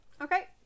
Okay